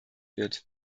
wird